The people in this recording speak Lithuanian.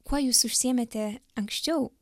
kuo jūs užsiėmėte anksčiau